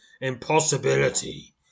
impossibility